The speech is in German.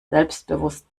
selbstbewusst